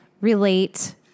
relate